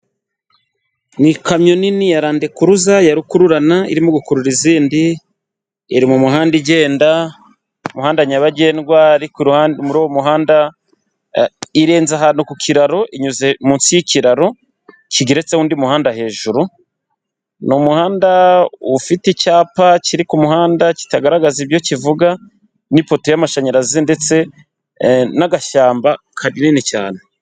Ni kamyo nini ya randekuruza ya rukururana irimo gukurura izindi, iri mu muhanda igenda, umuhanda nyabagendwa arikohande muhanda irenze ahantu ku kiraro inyuze munsi y'ikiraro kigeretseho undi muhanda hejuru, ni umuhanda ufite icyapa kiri ku muhanda kitagaragaza ibyo kivuga n'ipoto y'amashanyarazi ndetse n'agashyamba kanini cyane.